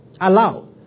Allow